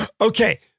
Okay